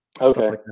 Okay